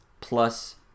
plus